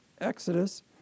Exodus